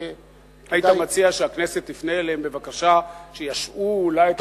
היית מציע שהכנסת תפנה אליהם בבקשה שישהו אולי את,